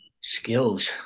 Skills